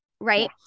right